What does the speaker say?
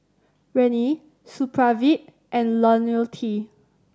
Rene Supravit and Lonil T